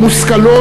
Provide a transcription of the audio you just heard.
המושכלות,